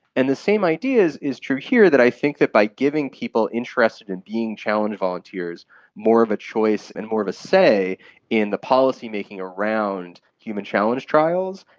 and the same idea is is true here, that i think that by giving people interested in being challenge volunteers more of a choice and more of a say in the policy-making around human challenge trials,